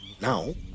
Now